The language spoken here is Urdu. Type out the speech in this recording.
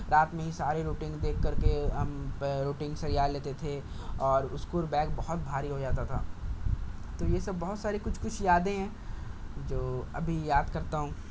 رات میں ہی سارے روٹین دیکھ کر کے ہم روٹنگ سریا لیتے تھے اور اسکول بیگ بہت بھاری ہو جاتا تھا تو یہ سب بہت ساری کچھ کچھ یادیں ہیں جو ابھی یاد کرتا ہوں